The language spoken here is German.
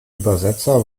übersetzer